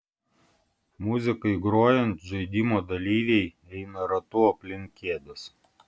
muzikai grojant žaidimo dalyviai eina ratu aplink kėdes